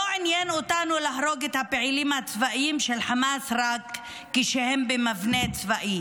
"לא עניין אותנו להרוג את הפעילים הצבאיים של חמאס רק כשהם במבנה צבאי